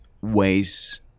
ways